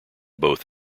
both